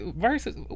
versus